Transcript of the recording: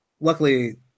luckily